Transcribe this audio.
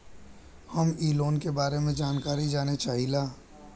हम इ लोन के बारे मे जानकारी जाने चाहीला?